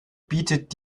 bietet